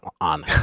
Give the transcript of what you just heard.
on